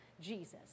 Jesus